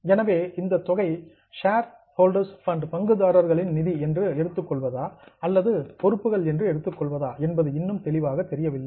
எனவே இந்த தொகையை ஷேர்ஹோல்டர்ஸ் ஃபண்ட் பங்குதாரர்கள் நிதி என்று எடுத்துக் கொள்வதா அல்லது லியாபிலிடீஸ் பொறுப்புகள் என்று எடுத்துக் கொள்வதா என்பது இன்னும் தெளிவாக தெரியவில்லை